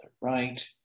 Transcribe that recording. right